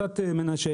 את המנהיגה.